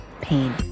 pain